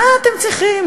מה אתם צריכים?